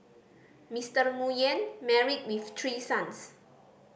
Mister Nguyen married with three sons